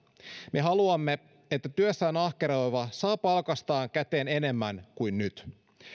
me haluamme että työssään ahkeroiva saa palkastaan käteen enemmän kuin nyt